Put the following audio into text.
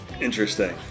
Interesting